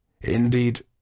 Indeed